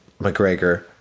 McGregor